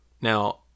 Now